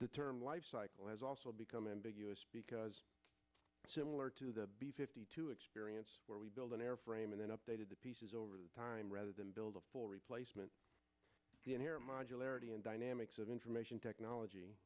the term lifecycle has also become ambiguous because similar to the b fifty two experience where we build an airframe and then updated the pieces over time rather than build a full replacement modularity in dynamics of information technology